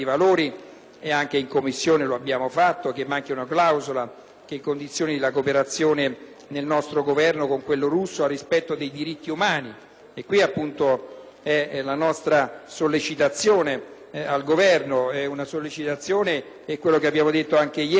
anche in Commissione - come manchi una clausola che condizioni la cooperazione del nostro Governo con quello russo al rispetto dei diritti umani. Di qui la nostra sollecitazione al Governo: una sollecitazione - lo abbiamo detto anche ieri